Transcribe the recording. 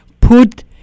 put